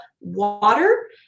water